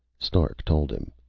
stark told him.